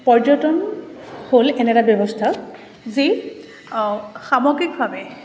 পৰ্যটন হ'ল এনে এটা ব্যৱস্থা যি সামগ্ৰিকভাৱে